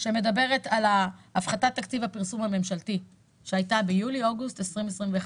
255 שמדברת על הפחתת תקציב הפרסום הממשלתי שהייתה באוגוסט 2021,